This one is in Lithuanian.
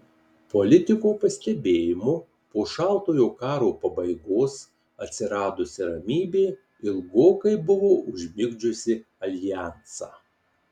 politiko pastebėjimu po šaltojo karo pabaigos atsiradusi ramybė ilgokai buvo užmigdžiusi aljansą